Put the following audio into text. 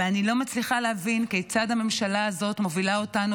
ואני לא מצליחה להבין כיצד הממשלה הזאת מובילה אותנו